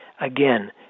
again